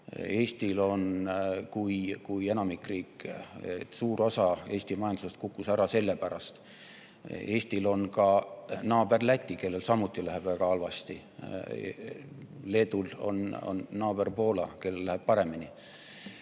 järsemalt kui enamik riike. Suur osa Eesti majandusest kukkus ära selle pärast. Eestil on naaber Läti, kellel samuti läheb väga halvasti. Leedul on aga naaber Poola, kellel läheb paremini.